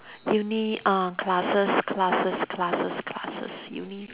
uni uh classes classes classes classes uni